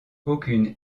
aucune